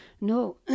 No